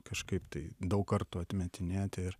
kažkaip tai daug kartų atmetinėti